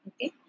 okay